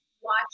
watch